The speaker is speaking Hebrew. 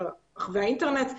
ברחבי האינטרנט,